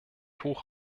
hoch